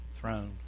throne